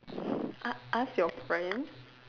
a~ ask your friend